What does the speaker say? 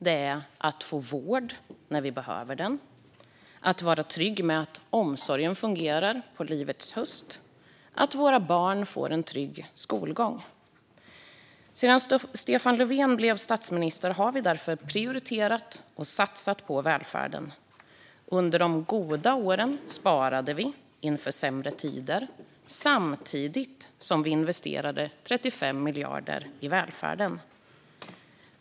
Det handlar om att få vård när vi behöver den, att vara trygg med att omsorgen fungerar på livets höst och att våra barn får en trygg skolgång. Sedan Stefan Löfven blev statsminister har vi därför prioriterat och satsat på välfärden. Under de goda åren sparade vi inför sämre tider samtidigt som vi investerade 35 miljarder i välfärden.